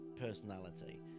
personality